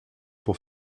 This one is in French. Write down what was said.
pour